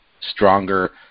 stronger